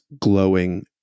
glowing